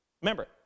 Remember